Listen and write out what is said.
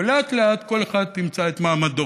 ולאט-לאט כל אחד ימצא את מעמדו.